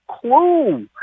clue